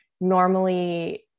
normally